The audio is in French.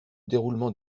déroulement